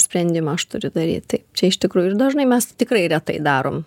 sprendimą aš turiu daryt tai čia iš tikrųjų ir dažnai mes tikrai retai darom